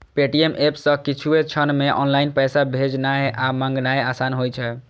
Paytm app सं किछुए क्षण मे ऑनलाइन पैसा भेजनाय आ मंगेनाय आसान होइ छै